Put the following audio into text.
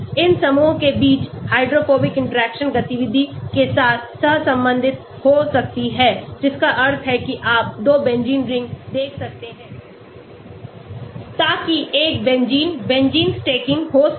इन समूहों के बीच हाइड्रोफोबिक इंटरेक्शन गतिविधि के साथ सहसंबंधित हो सकती है जिसका अर्थ है कि आप दो बेंजीन रिंग देख सकते हैं ताकि एक बेंजीन बेंजीन स्टैकिंग हो सके